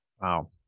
Wow